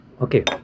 Okay